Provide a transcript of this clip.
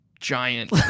giant